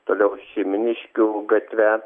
toliau šeimyniškių gatve